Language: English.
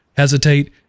hesitate